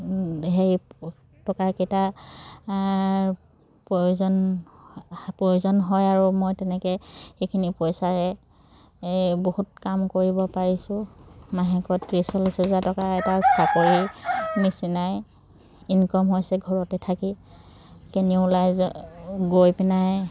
সেই টকাকেইটাৰ প্ৰয়োজন প্ৰয়োজন হয় আৰু মই তেনেকৈ সেইখিনি পইচাৰে বহুত কাম কৰিব পাৰিছোঁ মাহেকত ত্ৰিছ চল্লিছ হাজাৰ টকা এটা চাকৰি নিচিনাই ইনকম হৈছে ঘৰতে থাকি কেনিও ওলাই গৈ পিনাই